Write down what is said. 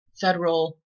federal